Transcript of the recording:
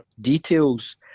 details